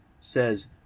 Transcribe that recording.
says